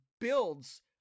builds